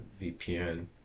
VPN